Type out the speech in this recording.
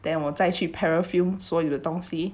then 我再续去 parafilm 所有的东西